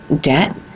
debt